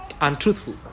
untruthful